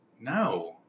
No